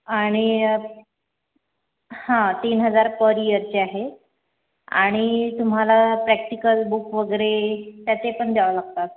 आणि हां तीन हजार पर ईयरचे आहे आणि तुम्हाला प्रॅक्टिकल बुक वगैरे त्याचे पण द्यावं लागतात